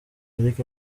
eric